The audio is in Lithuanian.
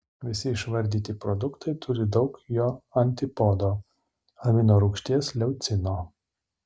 visi išvardyti produktai turi daug jo antipodo aminorūgšties leucino